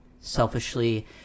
selfishly